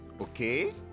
okay